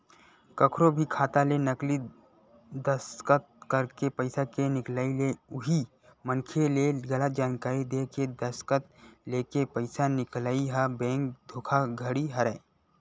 कखरो भी खाता ले नकली दस्कत करके पइसा के निकलई ते उही मनखे ले गलत जानकारी देय के दस्कत लेके पइसा निकलई ह बेंक धोखाघड़ी हरय